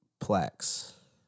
Plaques